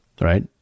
right